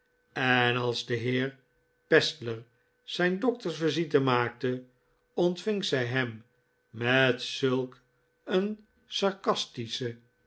en als de heer pestler zijn doktersvisite maakte ontving zij hem met zulk een sarcastische